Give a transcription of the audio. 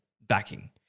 backing